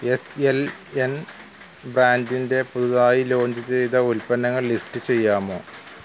S L N ബ്രാൻ്റിന്റെ പുതുതായി launch ചെയ്ത ഉൽപ്പന്നങ്ങൾ ലിസ്റ്റ് ചെയ്യാമോ